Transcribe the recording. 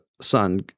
son